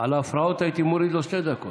על ההפרעות הייתי מוריד לו שתי דקות.